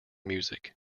music